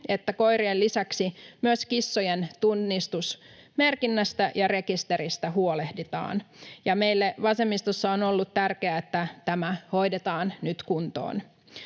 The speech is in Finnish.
että koirien lisäksi myös kissojen tunnistusmerkinnästä ja rekisteristä huolehditaan. Meille vasemmistossa on ollut tärkeää, että tämä hoidetaan nyt kuntoon.